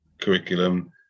curriculum